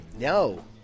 No